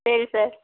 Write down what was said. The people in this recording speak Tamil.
சரி சார்